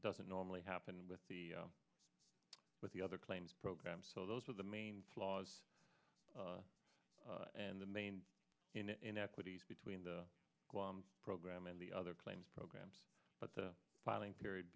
doesn't normally happen with the with the other claims program so those are the main flaws and the main inequities between the program and the other claims programs but the filing period